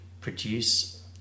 produce